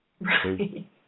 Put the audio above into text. Right